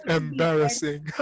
embarrassing